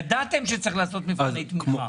ידעתם שצריך לעשות מבחני תמיכה.